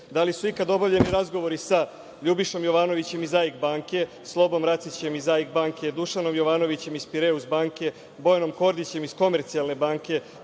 Da li su ikada obavljeni razgovori sa LJubišom Jovanovićem iz AIK banke, Slobom Racićem iz AIK banke, Dušanom Jovanovićem iz „Pireus banke“, Bojanom Kordićem iz „Komercijalne banke“,